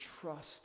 trust